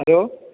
hello